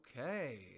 Okay